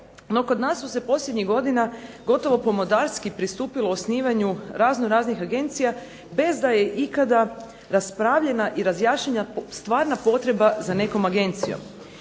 No kod nas su se posljednjih godina gotovo pomodarski pristupilo osnivanju razno raznih agencija, bez da je ikada raspravljena i razjašnjena stvarna potreba za nekom agencijom.